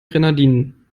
grenadinen